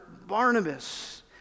Barnabas